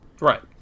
Right